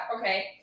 okay